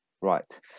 Right